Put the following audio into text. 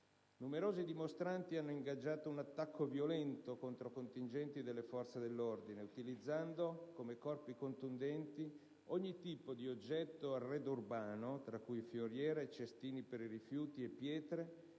Numerosi dimostranti hanno ingaggiato un attacco violento contro contingenti delle forze dell'ordine, utilizzando, come corpi contundenti, ogni tipo di oggetto o arredo urbano, tra cui fioriere, cestini per i rifiuti e pietre,